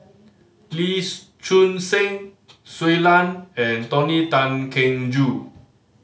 Lee's Choon Seng Shui Lan and Tony Tan Keng Joo